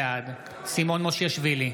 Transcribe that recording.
בעד סימון מושיאשוילי,